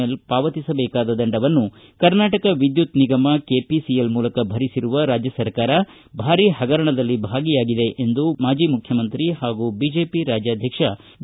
L ಪಾವತಿಸಬೇಕಾದ ದಂಡವನ್ನು ಕರ್ನಾಟಕ ವಿದ್ಯುತ್ ನಿಗಮದ ಕೆಪಿಸಿಎಲ್ ಮೂಲಕ ಭರಿಸಿರುವ ರಾಜ್ಯ ಸರ್ಕಾರ ಭಾರೀ ಹಗರಣದಲ್ಲಿ ಭಾಗಿಯಾಗಿದೆ ಎಂದು ಮಾಜಿ ಮುಖ್ಯಮಂತ್ರಿ ಹಾಗೂ ಬಿಜೆಪಿ ರಾಜ್ಯಾಧ್ವಕ್ಷ ಬಿ